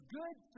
good